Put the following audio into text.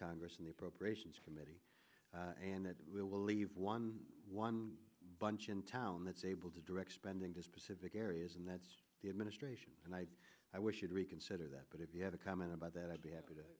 congress and the appropriations committee and that will leave one one bunch in town that's able to direct spending to specific areas and that's the administration and i wish you'd reconsider that but if you had a comment about that i'd be happy to